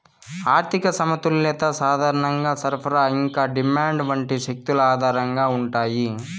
ఆర్థిక సమతుల్యత సాధారణంగా సరఫరా ఇంకా డిమాండ్ వంటి శక్తుల ఆధారంగా ఉంటాయి